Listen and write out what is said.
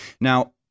Now